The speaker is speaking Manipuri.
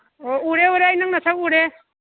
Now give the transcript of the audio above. ꯑꯣ ꯎꯔꯦ ꯎꯔꯦ ꯑꯩ ꯅꯪ ꯅꯁꯛ ꯎꯔꯦ